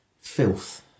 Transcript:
filth